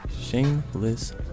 Shameless